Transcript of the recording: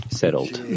settled